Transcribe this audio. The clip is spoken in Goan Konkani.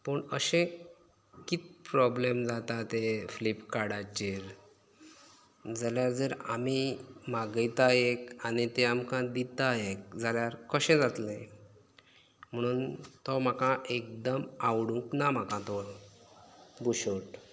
पूण अशें कित प्रॉब्लेम जाता तें फ्लिपकार्टाचेर जाल्यार जर आमी मागयता एक आनी ते आमकां दिता एक जाल्यार कशें जातले म्हणून तो म्हाका एकदम आवडूंक ना म्हाका तो बुशोट